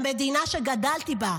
למדינה שגדלתי בה,